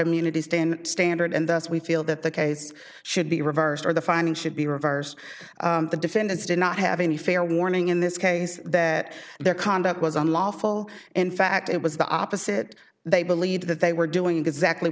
immunity stand standard and thus we feel that the case should be reversed or the finding should be reversed the defendants did not have any fair warning in this case that their conduct was unlawful in fact it was the opposite they believed that they were doing exactly